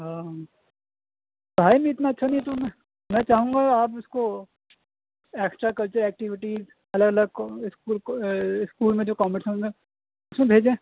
ہاں پڑھائی میں اتنا اچھا نہیں ہے تو میں چاہوں گا آپ اس کو ایکسٹرا کلچرل ایکٹیوٹیز الگ الگ کو اسکول کو اسکول میں جو کمپٹیشن ہوتے ہیں اس میں بھیجیں